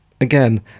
again